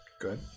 Good